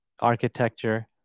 architecture